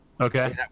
Okay